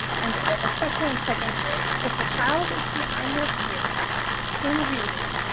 and especially in second grade. if a child is behind their peers in reading,